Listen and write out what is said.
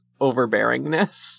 overbearingness